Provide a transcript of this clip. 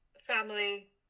family